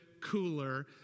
cooler